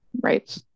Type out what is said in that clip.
right